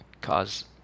cause